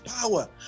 power